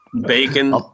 Bacon